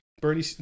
Bernie